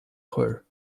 her